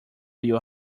your